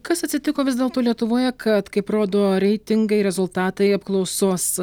kas atsitiko vis dėlto lietuvoje kad kaip rodo reitingai rezultatai apklausos